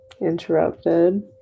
interrupted